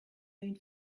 une